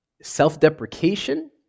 Self-deprecation